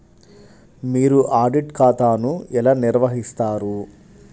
మీరు ఆడిట్ ఖాతాను ఎలా నిర్వహిస్తారు?